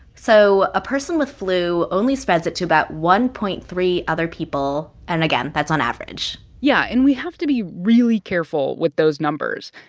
so a person with flu only spreads it to about one point three other people. and, again, that's on average yeah. and we have to be really careful with those numbers.